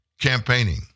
campaigning